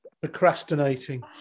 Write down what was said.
Procrastinating